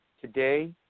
Today